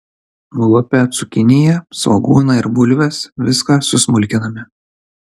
nulupę cukiniją svogūną ir bulves viską susmulkiname